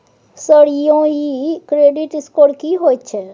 Sir यौ इ credit score की होयत छै?